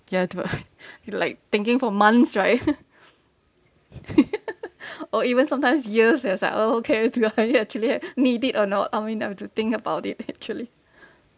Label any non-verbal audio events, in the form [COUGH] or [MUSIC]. you have to like [BREATH] like thinking for months right [LAUGHS] [BREATH] or even sometimes years I was like oh okay do you are you actually [BREATH] need it or not I mean I have to think about it actually [BREATH]